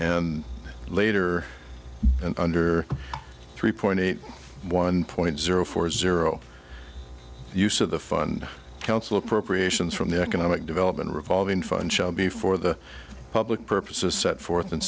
and later and under three point eight one point zero four zero use of the fun council appropriations from the economic development revolving fund show before the public purposes set forth